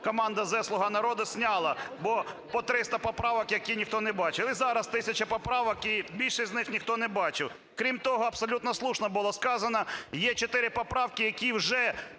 команда Зе – "Слуга народу" зняла, бо по 300 поправок, які ніхто не бачив, і зараз тисячу поправок, і більшість з них ніхто не бачив. Крім того, абсолютно слушно було сказано, є 4 поправки, які вже